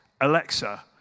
Alexa